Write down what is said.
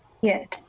yes